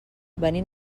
venim